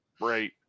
Right